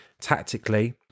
tactically